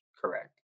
Correct